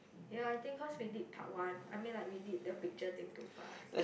ya I think cause we did part one I mean like we did the picture thing too fast